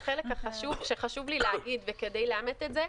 בכל אופן, החלק שחשוב לי להגיד, כדי לאמת את זה,